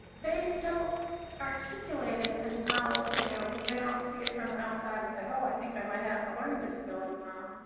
they don't articulate it as well, you know, because they don't see it from the outside and say, oh, i think i might have a learning disability, mom.